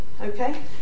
okay